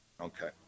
Okay